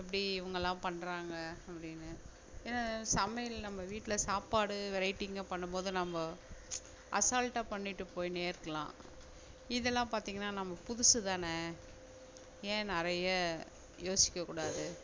எப்படி இவங்கள்லாம் பண்ணுறாங்க அப்படின்னு ஏன்னா சமையல் நம்ம வீட்டில் சாப்பாடு வெரைட்டிங்க பண்ணும் போது நம்ம அசால்ட்டாக பண்ணிவிட்டு போயின்னே இருக்கலாம் இதெல்லாம் பார்த்திங்கன்னா நம்மளுக்கு புதுசு தானே ஏன் நிறைய யோசிக்கக்கூடாது